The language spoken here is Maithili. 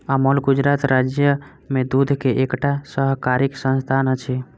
अमूल गुजरात राज्य में दूध के एकटा सहकारी संस्थान अछि